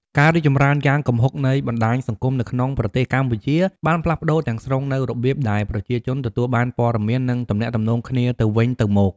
ការរីកចម្រើនយ៉ាងគំហុកនៃបណ្តាញសង្គមនៅក្នុងប្រទេសកម្ពុជាបានផ្លាស់ប្តូរទាំងស្រុងនូវរបៀបដែលប្រជាជនទទួលបានព័ត៌មាននិងទំនាក់ទំនងគ្នាទៅវិញទៅមក។